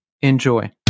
Enjoy